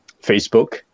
Facebook